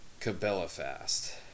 cabelafast